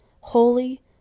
holy